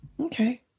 Okay